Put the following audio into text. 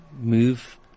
move